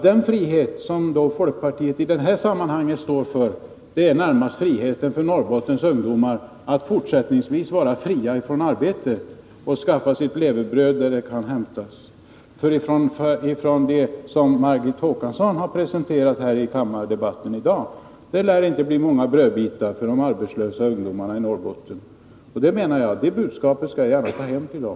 Den frihet som folkpartiet står för i detta sammanhang är närmast friheten för Norrbottens ungdomar att fortsättningsvis vara fria från arbete och att skaffa sitt levebröd där det kan hämtas. Det som Margot Håkansson har presenterat i kammardebatten här i dag lär inte ge många brödbitar åt de arbetslösa ungdomarna i Norrbotten. Detta budskap skall jag gärna ta hem till dem.